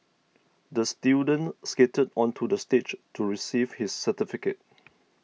the student skated onto the stage to receive his certificate